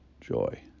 joy